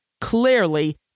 clearly